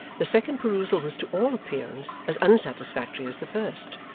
the second perusal was to all appearance as unsatisfactory as the first,